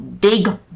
big